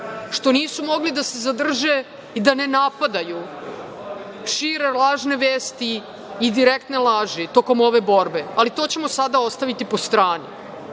što nisu mogli da se suzdrže i da ne napadaju, šire lažne vesti i direktne laži tokom ove borbe, ali to ćemo sada ostaviti po strani.